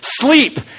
Sleep